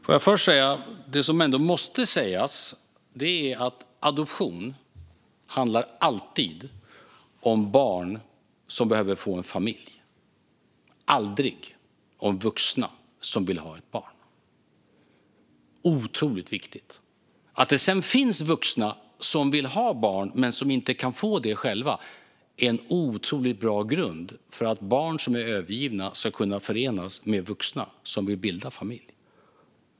Fru talman! Det som ändå måste sägas är att adoption alltid handlar om barn som behöver få en familj, aldrig om vuxna som vill ha ett barn. Det är otroligt viktigt. Att det sedan finns vuxna som vill ha barn men inte kan få det själva är en bra grund för att barn som är övergivna ska kunna förenas med vuxna som vill bilda familj.